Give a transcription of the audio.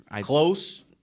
Close